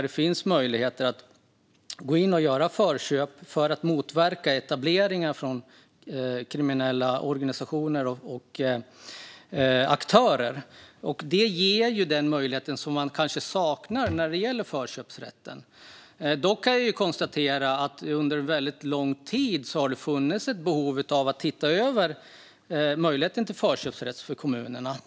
Det ger möjligheter att gå in och göra förköp för att motverka etableringar av kriminella organisationer och aktörer. Det ger den möjlighet som man kanske saknar när det gäller förköpsrätten. Dock kan jag konstatera att det under väldigt lång tid har funnits ett behov av att titta över möjligheten till förköpsrätt för kommunerna.